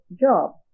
job